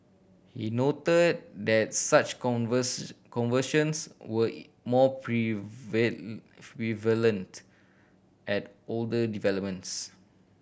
he noted that such conversions were more prevalent at older developments